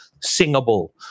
singable